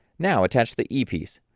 now attach the e piece,